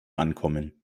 ankommen